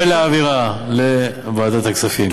ולהעבירה לוועדת הכספים.